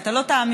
אתה לא תאמין,